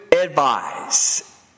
advise